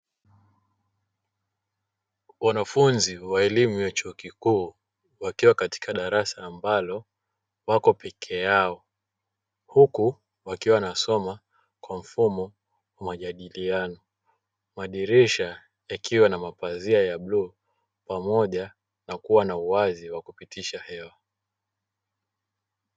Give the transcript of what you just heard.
Wanafunzi wa elimu ya chuo kikuu wakiwa katika darasa ambalo wako peke yao huku wakiwa wanasoma kwa mfumo wa majadiliano, madirisha yakiwa na mapazia ya bluu pamoja na kuwa na uwazi wa kupitisha hewa.